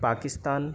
Pakistan